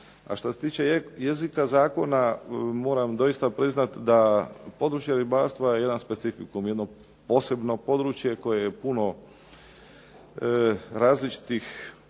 A šta se tiče jezika zakona, moram doista priznati da područje ribarstva je jedan specifikum, jedno posebno područje koje je puno različitih posebnih